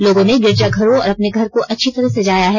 लोगों ने गिरिजाघरों और अपने घर को अच्छी तरह सजाया है